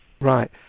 Right